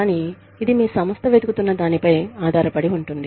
కానీ ఇది మీ సంస్థ వెతుకుతున్న దానిపై ఆధారపడి ఉంటుంది